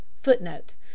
Footnote